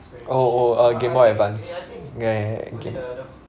oh oh uh Game Boy Advance ya ya